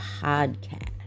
podcast